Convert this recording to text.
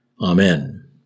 Amen